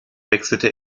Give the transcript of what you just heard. wechselte